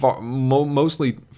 Mostly